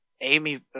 Amy